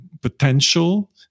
potential